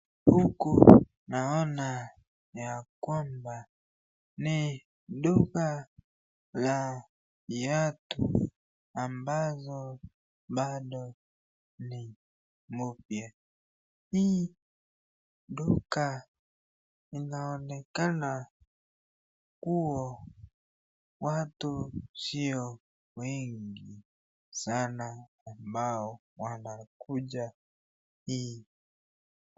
Huku naona ya kwamba ni duka ya viatu ambazo pado ni mpya, hii duka inaonekana kuwa watu sio wengi sana ambao wanakuja hii duka.